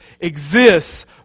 exists